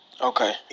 okay